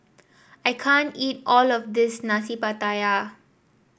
I can't eat all of this Nasi Pattaya